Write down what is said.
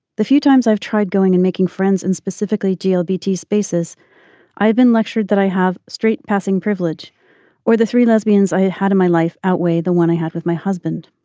the few times i've tried going and making friends and specifically deal beatty's bases i've been lectured that i have straight passing privilege or the three lesbians i had in my life outweigh the one i had with my husband.